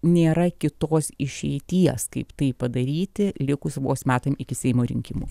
nėra kitos išeities kaip tai padaryti likus vos metam iki seimo rinkimų